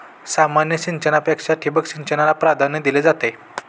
सामान्य सिंचनापेक्षा ठिबक सिंचनाला प्राधान्य दिले जाते